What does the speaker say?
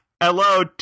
hello